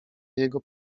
jego